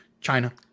China